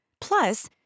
Plus